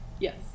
Yes